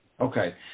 Okay